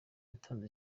yatanze